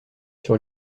sur